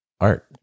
art